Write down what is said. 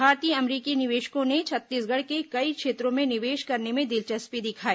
भारतीय अमेरिकी निवेशकों ने छत्तीसगढ़ के कई क्षेत्रों में निवेश करने में दिलचस्पी दिखाई